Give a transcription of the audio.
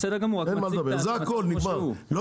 זה הכול, נגמר.